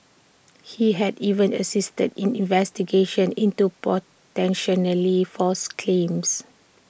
he had even assisted in investigations into false claims